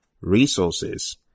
resources